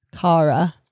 Kara